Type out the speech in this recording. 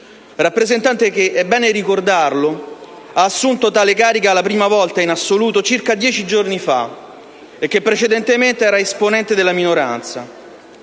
(rappresentante che, è bene ricordarlo, ha assunto tale carica la prima volta in assoluto circa dieci giorni fa e che precedentemente era esponente della minoranza).